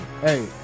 hey